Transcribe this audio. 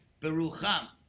Berucham